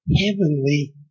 heavenly